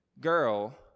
girl